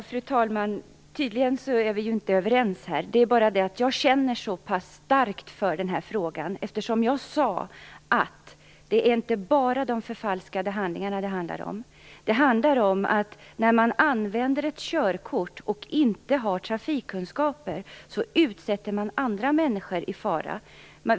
Fru talman! Tydligen är vi inte överens här, men jag känner starkt för den här frågan. Det är inte bara de förfalskade handlingarna det handlar om. Det handlar om att man när man använder ett körkort och inte har trafikkunskaper utsätter andra människor för fara.